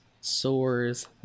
sores